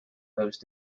those